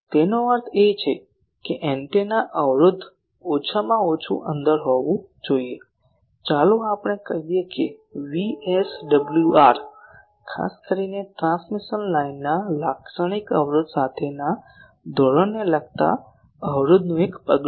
તેનો અર્થ એ કે એન્ટેના અવરોધ ઓછામાં ઓછું અંદર હોવું જોઈએ ચાલો આપણે કહીએ કે VSWR ખાસ કરીને ટ્રાન્સમિશન લાઇનના લાક્ષણિક અવરોધ સાથેના ધોરણને લગતા અવરોધનું એક પગલું છે